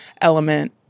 element